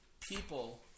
People